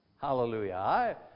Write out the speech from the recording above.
Hallelujah